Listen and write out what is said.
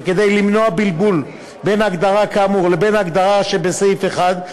וכדי למנוע בלבול בין ההגדרה כאמור לבין ההגדרה שבסעיף 1,